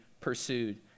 pursued